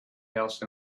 else